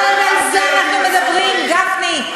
אבל על זה אנחנו מדברים, גפני.